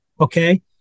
Okay